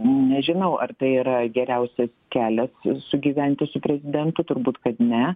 nežinau ar tai yra geriausias kelias sugyventi su prezidentu turbūt kad ne